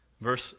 Verse